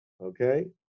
okay